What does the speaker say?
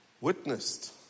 witnessed